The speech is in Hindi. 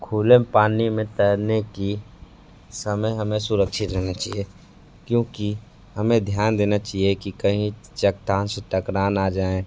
खुले पानी में तैरने की समय हमें सुरक्षित रहना चाहिए क्योंकि हमें ध्यान देना चाहिए की कहीं चट्टान से टकरा ना जाए